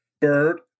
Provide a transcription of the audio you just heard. Bird